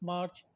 March